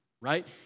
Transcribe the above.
right